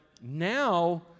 now